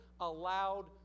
allowed